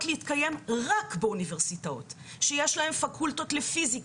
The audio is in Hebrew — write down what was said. להתקיים רק באוניברסיטאות שיש להן פקולטות לפיזיקה,